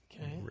Okay